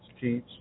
teach